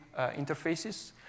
interfaces